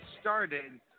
started